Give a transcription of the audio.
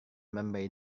memberi